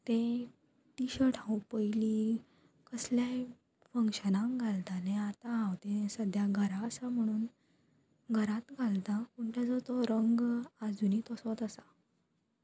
तें T shirt हांव पयलीं कसल्याय फंक्शनाक घालतालें आतां हांव तें सद्द्यां घरा आसा म्हणून घरांत घालता पूण तेजो तो रंग आजुनी तसोत आसा